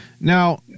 Now